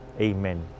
Amen